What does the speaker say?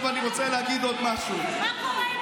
מה קורה עם האיזוק האלקטרוני?